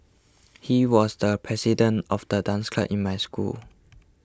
he was the president of the dance club in my school